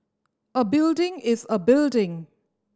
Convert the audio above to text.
a building is a building